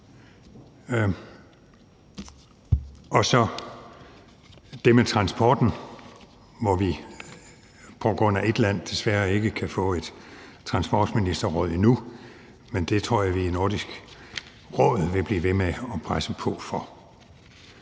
hensyn til transporten på grund af ét land desværre ikke få et transportministerråd endnu, men det tror jeg vi i Nordisk Råd vil blive ved med at presse på for.